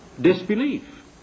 disbelief